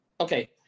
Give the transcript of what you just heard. Okay